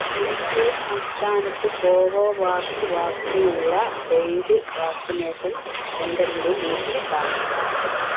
മണിപ്പൂർ സംസ്ഥാനത്ത് കോവോവാക്സ് വാക്സിനുള്ള paid vaccination സെന്ററിന്റെ ലിസ്റ്റ് കാണിക്കുക